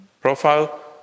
profile